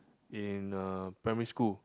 in uh primary school